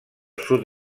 sud